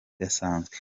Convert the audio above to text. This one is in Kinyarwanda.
idasanzwe